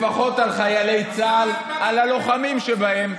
לפחות על חיילי צה"ל, על הלוחמים שבהם,